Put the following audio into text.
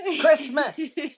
Christmas